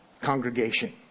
congregation